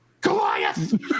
Goliath